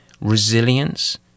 resilience